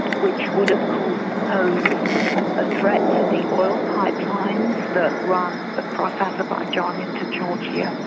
which would of course pose a threat to the oil pipelines that run across azerbaijan into georgia,